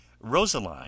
Rosaline